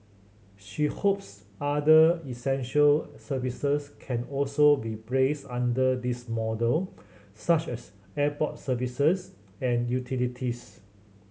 she hopes other essential services can also be placed under this model such as airport services and utilities